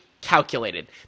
calculated